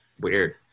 Weird